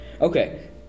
Okay